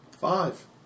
Five